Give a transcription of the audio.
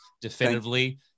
definitively